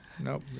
Nope